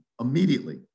immediately